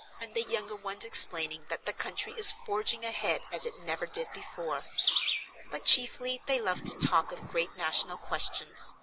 and the younger ones explaining that the country is forging ahead as it never did before but chiefly they love to talk of great national questions,